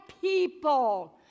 people